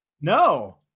No